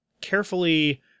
carefully